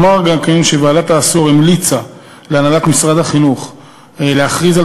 2. אומר גם שוועדת העשור המליצה להנהלת משרד החינוך להכריז על